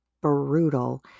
brutal